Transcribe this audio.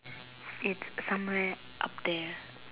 it's somewhere up there